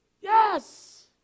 Yes